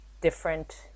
different